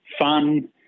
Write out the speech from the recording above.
fun